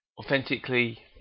Authentically